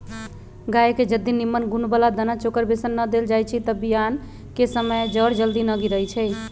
गाय के जदी निम्मन गुण बला दना चोकर बेसन न देल जाइ छइ तऽ बियान कें समय जर जल्दी न गिरइ छइ